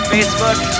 Facebook